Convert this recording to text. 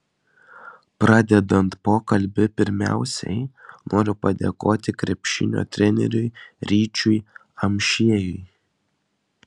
pradedant pokalbį pirmiausiai noriu padėkoti krepšinio treneriui ryčiui amšiejui